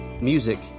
Music